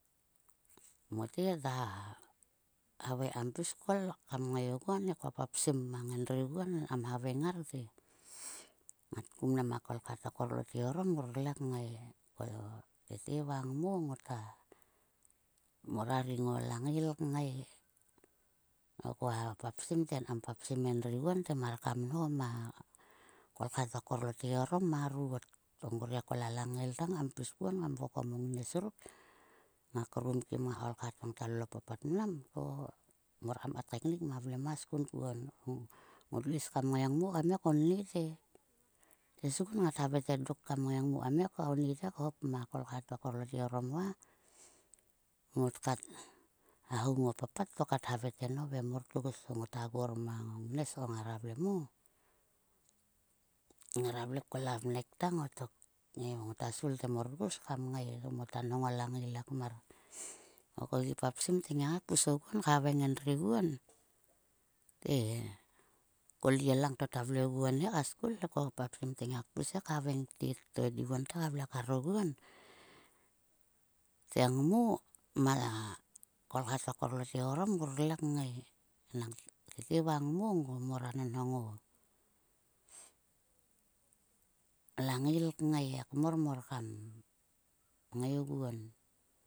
Mote ta havei kam pis kol kam ngaiguon he koa papsim mang endri guon kam haveng n garte. Ngat ku ma kolkha to korlotge orom, ngrorle kngai, ko tete va ngmo ngota, ngrora ring o langail kngai. Ko koa papsimte, en kam papsim endriguonte mar kam nho ma kol kha to korlotge orom, marot. Ko ngrorgia kol a langail tang kpis oguon kvokom o ngnes ruk. Ngak rum kim nga kolkha to ngta lol o papat mnam to mor kamkat kaeknik ma vlemas kunkuon. Ngotlo is kam ngai ngmo kam ngai konnit e. Tesgun ngat havaite dok kam ngai ngmo konit he khop ma kolkha to korlotge orom va. Ngot kat hahoung o papat kat kavai te, nove mor tgus. Ko ngota gor mang o nges ko ngara vle mo, ngara vle kkol a vnek tang o tok. He ngota svil te mor tgus kam ngai. Ngota nhong o langail ekmar. He ko gi papsim te. Ngiak ngai kpis oguon khaveing endriguon te ko lyie langto ta vle oguon heka skul. He ko papsim te ngiak pis he kpapsim ktet to ediguon te ka vle kar oguon. Tengmo ma kolha to korlotge orom ngorle kngai nang tete va ngmo mora nonhong o langail ekmor kam ngai guon.